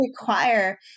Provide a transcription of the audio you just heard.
require